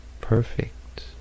perfect